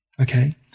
Okay